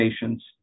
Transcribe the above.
patients